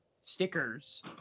stickers